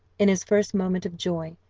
in his first moment of joy,